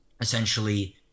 essentially